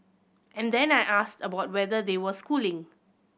and then I asked about whether they were schooling